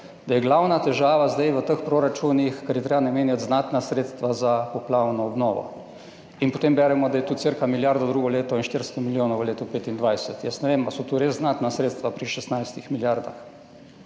da je glavna težava zdaj v teh proračunih, ker je treba namenjati znatna sredstva za poplavno obnovo. In potem beremo, da je to cirka milijardo drugo leto in 400 milijonov v letu 2025. Jaz ne vem, ali so to res znatna sredstva pri 16 milijardah?